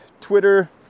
Twitter